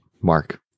mark